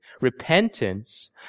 repentance